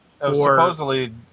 Supposedly